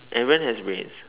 everyone has brains